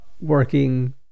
working